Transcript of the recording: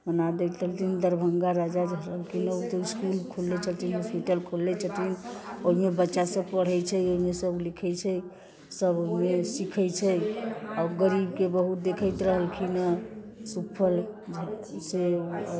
बना दैत दरभंगा राजा जे रहलखिन हँ ओ तऽ इसकुल खोलले छथिन होस्पिटल खोलले छथिन ओहिमे बच्चा सब पढ़ै छै ओहिमे सब लिखै छै सब ओहिमे सीखै छै आ ओ गरीब के बहुत देखैत रहलखिन हँ से